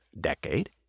decade